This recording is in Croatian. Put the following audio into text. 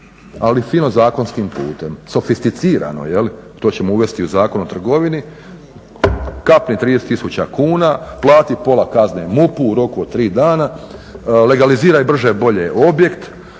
ali fino zakonskim putem, sofisticirano. To ćemo uvesti u Zakon o trgovini, kapne 30 000 kuna, plati pola kazne MUP-u u roku od tri dana, legaliziraj brže-bolje objekt,